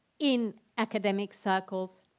in academic circles,